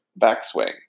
backswing